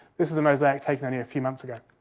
this is a mosaic taken only a few months ago.